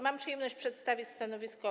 Mam przyjemność przedstawić stanowisko